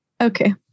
Okay